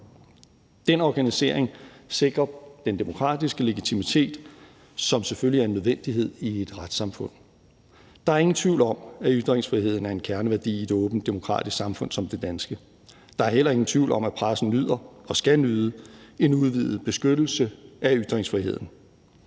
Den organisering sikrer den demokratiske legitimitet, som selvfølgelig er en nødvendighed i et retssamfund. Der er ingen tvivl om, at ytringsfriheden er en kerneværdi i et åbent demokratisk samfund som det danske. Der er heller ingen tvivl om, at pressen nyder og skal nyde en udvidet beskyttelse af ytringsfriheden.